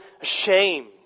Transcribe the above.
ashamed